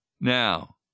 Now